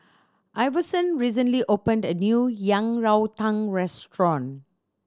Iverson recently opened a new Yang Rou Tang restaurant